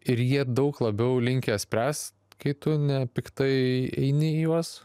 ir jie daug labiau linkę spręst kai tu nepiktai eini į juos